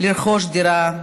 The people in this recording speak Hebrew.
לרכוש דירה,